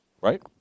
right